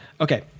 Okay